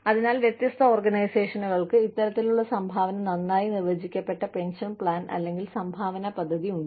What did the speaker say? അതിനാൽ വ്യത്യസ്ത ഓർഗനൈസേഷനുകൾക്ക് ഇത്തരത്തിലുള്ള സംഭാവന നന്നായി നിർവചിക്കപ്പെട്ട പെൻഷൻ പ്ലാൻ അല്ലെങ്കിൽ സംഭാവന പദ്ധതി ഉണ്ട്